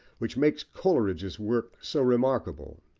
which makes coleridge's work so remarkable.